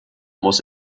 muss